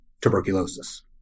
tuberculosis